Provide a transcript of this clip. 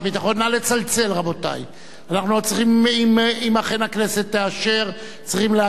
אם אכן הכנסת תאשר, צריכים להשביע את השר דיכטר.